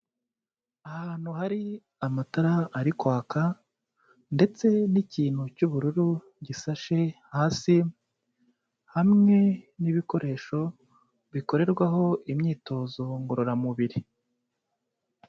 Ahantu hari amatara ari kwaka ndetse n'ikintu cy'ubururu gisashe hasi, hamwe n'ibikoresho bikorerwaho imyitozo ngororamubiri.